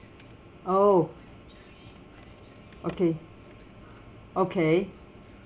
oo okay okay